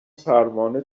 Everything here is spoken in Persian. پروانه